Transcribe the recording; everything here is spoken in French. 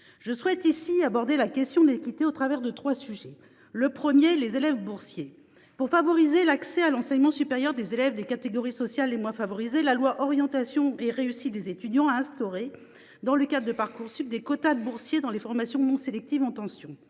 et d’équité. J’aborderai la question de l’équité à travers trois sujets. Le premier concerne les élèves boursiers. Pour faciliter l’accès à l’enseignement supérieur des élèves des catégories sociales les moins favorisées, la loi relative à l’orientation et à la réussite des étudiants a instauré, dans le cadre de Parcoursup, des quotas de boursiers dans les formations non sélectives en tension.